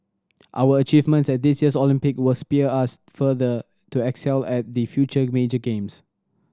our achievements at this year's Olympic will spur us further to excel at the future major games